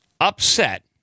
upset